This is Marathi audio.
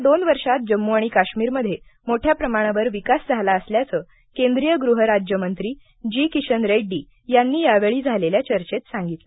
गेल्या दोन वर्षात जम्मू आणि काश्मीरमध्ये मोठ्या प्रमाणावर विकास झाला असल्याचं केंद्रीय गृह राज्य मंत्री जी किशन रेड्डी यांनी या वेळी झालेल्या चर्चेत सांगितलं